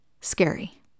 Scary